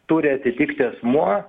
turi atitikti asmuo